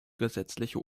gesetzliche